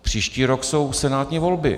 Příští rok jsou senátní volby.